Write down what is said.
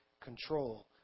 control